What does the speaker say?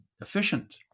efficient